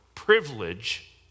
Privilege